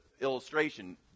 illustration